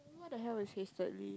eh what the hell is hastily